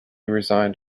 resigned